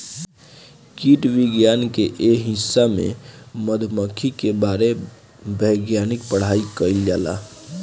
कीट विज्ञान के ए हिस्सा में मधुमक्खी के बारे वैज्ञानिक पढ़ाई कईल जाला